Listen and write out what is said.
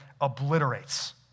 obliterates